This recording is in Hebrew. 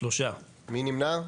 3 נמנעים,